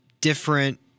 different